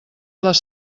les